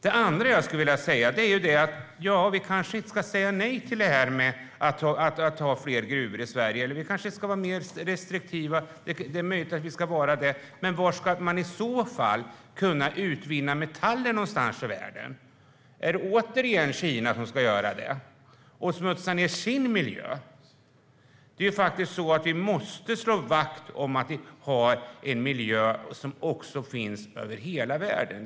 Det andra jag skulle vilja ta upp är att vi kanske inte ska säga nej till fler gruvor i Sverige. Det är möjligt att vi ska vara mer restriktiva, men var någonstans i världen ska man i så fall kunna utvinna metaller? Är det återigen Kina som ska göra det och smutsa ned sin miljö? Vi måste slå vakt om en bra miljö över hela världen.